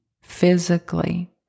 physically